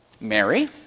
Mary